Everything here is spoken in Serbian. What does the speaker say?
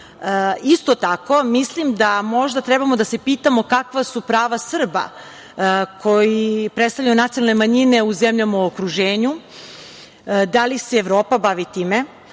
isto tako mislim da možda trebamo da se pitamo kakva su prava Srba koji predstavljaju nacionalne manjine u zemljama u okruženju, da li se Evropa bavi time.